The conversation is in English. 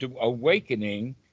awakening